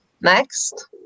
next